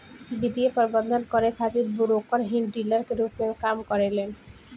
वित्तीय प्रबंधन करे खातिर ब्रोकर ही डीलर के रूप में काम करेलन